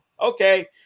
Okay